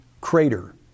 crater